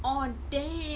oh damn